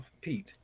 Pete